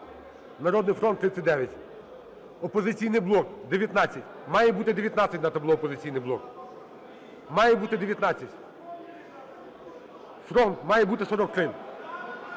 "Народний фронт" – 39, "Опозиційний блок" – 19. Має бути 19 на табло, "Опозиційний блок", має бути 19. "Фронт", має бути 43.